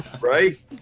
right